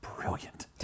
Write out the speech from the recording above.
brilliant